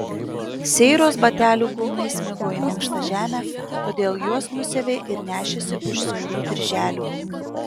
seiros batelių kulnai smigo į minkštą žemę todėl juos nusiavė ir nešėsi už siaurų dirželių